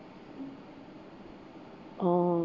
oh